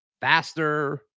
faster